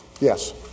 Yes